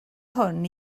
hwn